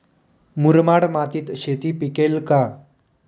मुरमाड मातीत शेती पिकेल का?